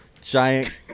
giant